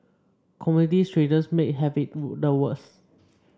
commodity traders may have it the worst